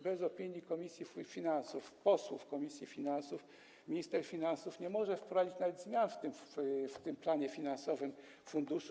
Bez opinii komisji finansów, posłów komisji finansów minister finansów nie może wprowadzić nawet zmian w tym planie finansowym funduszu.